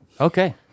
Okay